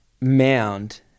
mound